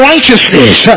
righteousness